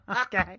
okay